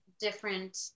different